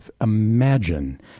imagine